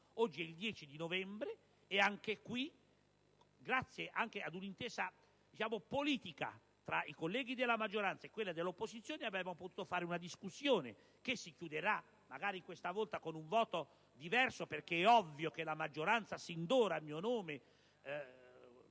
oggi è il 10 novembre, e anche in questo caso, grazie anche a un'intesa politica tra i colleghi della maggioranza e quelli dell'opposizione, abbiamo potuto fare una discussione, che si chiuderà magari questa volta con un voto diverso. È ovvio, infatti, che la maggioranza sin d'ora a mio nome